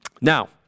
Now